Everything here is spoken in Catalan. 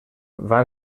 van